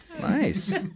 nice